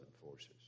forces